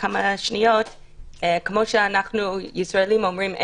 כמו שאנחנו הישראלים אומרים,